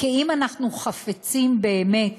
כי אם אנחנו חפצים באמת